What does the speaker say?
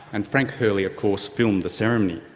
and frank hurley of course filmed the ceremony.